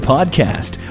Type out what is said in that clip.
Podcast